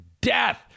death